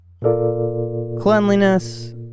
cleanliness